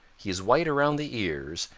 he is white around the ears,